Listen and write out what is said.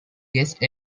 guest